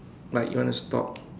like you want to stop